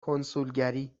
کنسولگری